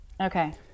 okay